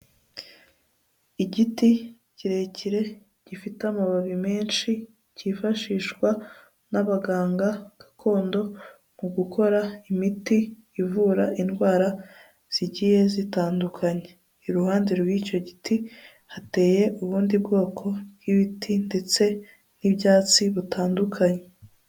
Igiti kirekire gifite amababi menshi, cyifashishwa n'abaganga gakondo, mu gukora imiti ivura indwara zigiye zitandukanye, iruhande rw'icyo giti hateye ubundi bwoko bw'ibiti, ndetse n'ibyatsi butandukanye.